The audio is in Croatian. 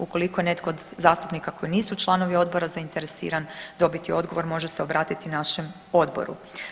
Ukoliko netko od zastupnika koji nisu članovi odbora zainteresiran dobiti odgovor može se obratiti našem odboru.